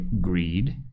greed